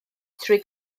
trwy